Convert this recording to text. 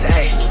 ayy